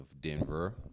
Denver